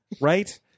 Right